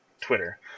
twitter